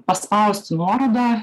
paspausti nuorodą